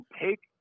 take